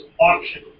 auction